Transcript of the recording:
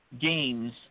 games